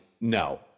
No